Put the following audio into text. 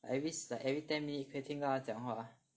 always like every ten minutes 可以听到他讲话